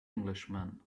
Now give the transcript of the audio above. englishman